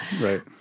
Right